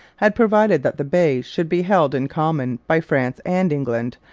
had provided that the bay should be held in common by france and england,